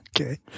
Okay